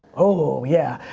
oh yeah,